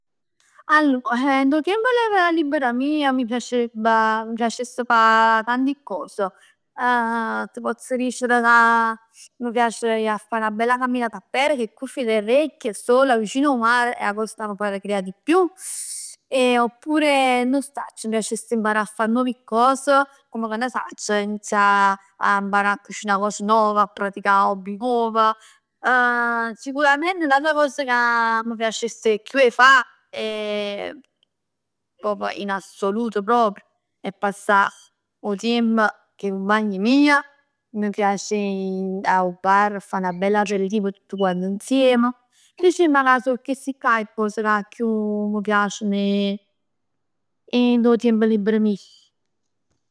Allor, eh dint 'o tiemp libero mio mi piacess fa tanti cos. T' pozz dicere ca m' piace e ji 'a fa 'na bella camminata apper, cu 'e cuffie dint 'e recchie, sola, vicino 'o mar. È 'a cos ca m'arrecrea di più e oppure nun 'o sacc m' piacess imparà 'a fa nuove cos, com che ne sacc, inizià 'a imparà a cucinà cose nov, a praticà hobby nuov. Sicurament n'ata cos ca m' piacesse 'e chiù 'e fa è, proprj in assoluto proprj è passà 'o tiemp cu 'e cumpagn meje. Mi piace a ji 'o bar a fa 'nu bell aperitiv cu tutt quant insieme. Dicimm ca so chesteccà e cos ca chiù m' piaceno dint 'o tiemp libero mio.